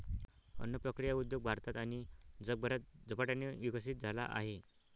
अन्न प्रक्रिया उद्योग भारतात आणि जगभरात झपाट्याने विकसित झाला आहे